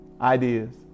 Ideas